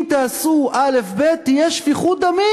אם תעשו א', ב', תהיה שפיכות דמים.